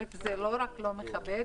זה לא רק לא מכבד,